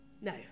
No